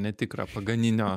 netikrą paganinio